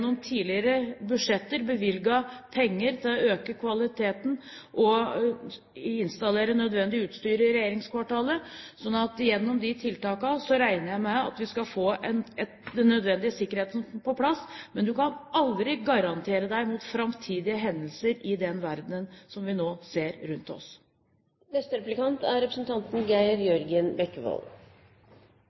tidligere budsjetter, bevilget penger til å øke kvaliteten og installere nødvendig utstyr i regjeringskvartalet, så gjennom de tiltakene regner jeg med at vi skal få den nødvendige sikkerheten på plass. Men du kan aldri garantere deg mot framtidige hendelser i den verdenen som vi nå ser rundt